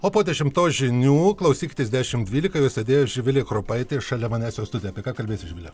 o po dešimtos žinių klausykitės dešimt dvylika jos vedėja živilė kropaitė šalia manęs jau studija apie ką kalbėsi živile